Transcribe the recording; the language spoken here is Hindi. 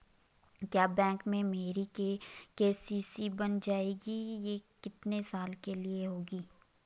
क्या बैंक में मेरी के.सी.सी बन जाएगी ये कितने साल के लिए होगी?